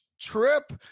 trip